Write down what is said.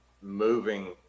moving